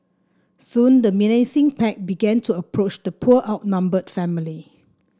soon the menacing pack began to approach the poor outnumbered family